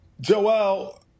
Joel